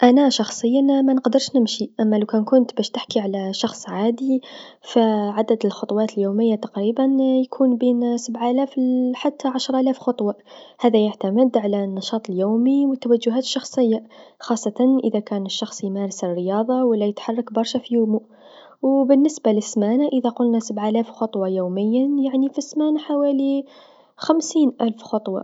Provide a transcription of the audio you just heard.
أنا شخصيا منقدرش نمشي، أما لوكان كنت باش تحكي على شخص عادي فعدد الخطوات اليوميا تقريبا يكون بين سبعالاف حتى عشرالاف خطوه، هذا يعتمد على النشاط اليومي و التوجهات الشخصيه، خاصة إذا كان الشخص يمارس الرياضه و لا يتحرك برشا في يومو، و بالنسبه للسمانه إذا قلنا سبعالاف خطوا يوميا يعني في السمانه حوالي خمسين ألف خطوا.